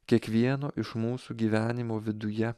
kiekvieno iš mūsų gyvenimo viduje